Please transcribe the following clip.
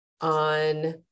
on